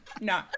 No